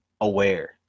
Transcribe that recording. aware